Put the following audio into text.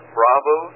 Bravo